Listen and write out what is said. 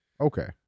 Okay